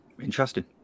interesting